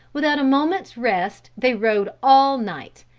without a moment's rest they rode all night,